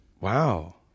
Wow